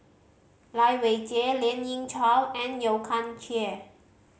Lai Weijie Lien Ying Chow and Yeo Kian Chye